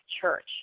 Church